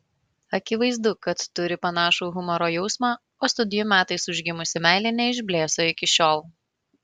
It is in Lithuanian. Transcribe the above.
akivaizdu kad turi panašų humoro jausmą o studijų metais užgimusi meilė neišblėso iki šiol